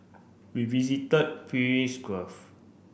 we visited Gulf